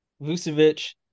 Vucevic